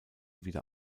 wieder